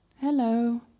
hello